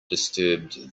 disturbed